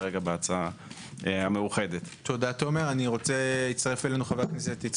יש יוזמות יפות של השר לאיכות הסביבה מדי פעם,